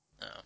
No